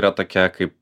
yra tokie kaip